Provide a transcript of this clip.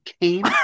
came